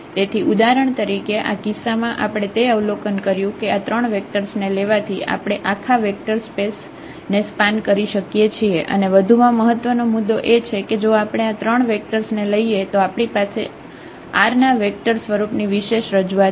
તેથી ઉદાહરણ તરીકે આ કિસ્સામાં આપણે તે અવલોકન કર્યું કે આ 3 વેક્ટર્સ ને લેવાથી આપણે આખા વેક્ટર સ્પેસ ને સ્પાન કરી શકીએ છીએ અને વધુમાં મહત્વનો મુદ્દો એ છે કે જો આપણે આ 3 વેક્ટર્સ ને લઈએ તો આપણી પાસે R ના વેક્ટર સ્વરૂપની વિશેષ રજૂઆત છે